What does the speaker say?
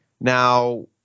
Now